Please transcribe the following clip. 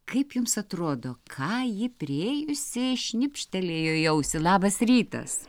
kaip jums atrodo ką ji priėjusiai šnipštelėjo į ausį labas rytas